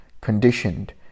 conditioned